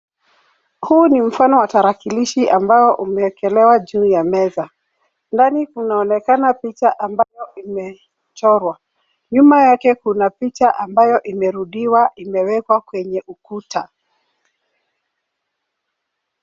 Huu ni mfano wa tarakilishi ambao umeekelewa juu ya meza. Ndani kunaonekana picha ambayo imechorwa. Nyuma yake kuna picha ambayo imerudiwa imewekwa kwenye ukuta.